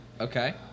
Okay